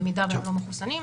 במידה שהם לא מחוסנים.